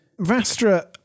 Vastra